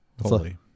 holy